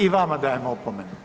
I vama dajem opomenu.